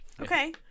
okay